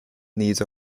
needs